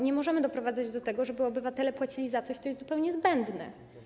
Nie możemy doprowadzać do tego, żeby obywatele płacili za coś, co jest zupełnie zbędne.